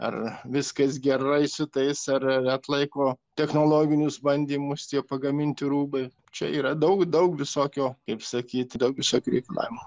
ar viskas gerai su tais ar ar atlaiko technologinius bandymus tie pagaminti rūbai čia yra daug daug visokio kaip sakyt daug visokių reikalavimų